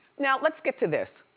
now, let's get to this.